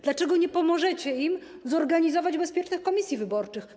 Dlaczego nie pomożecie im zorganizować bezpiecznych komisji wyborczych?